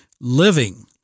living